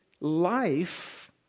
life